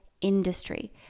industry